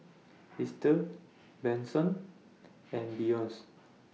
Ester Benson and Beyonce